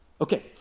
Okay